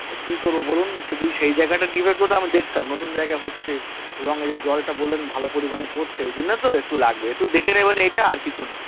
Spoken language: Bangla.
তা কী করবো বলুন শুধু সেই জায়গাটা ডিফেক্ট হতো আমি দেখতাম নতুন জায়গা হচ্ছে এবং এর জলটা বললেন ভালো পরিমাণে পরছে এই জন্য তো একটু লাগবে একটু দেখে নেবেন এইটা আর কিছু না